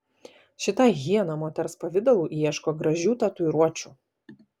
šita hiena moters pavidalu ieško gražių tatuiruočių